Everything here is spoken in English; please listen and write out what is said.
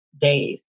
days